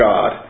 God